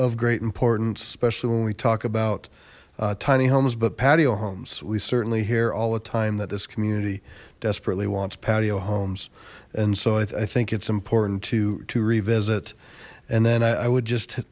of great importance especially when we talk about tiny homes but patio homes we certainly hear all the time that this community desperately wants patio homes and so i think it's important to to revisit and then i would just